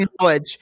knowledge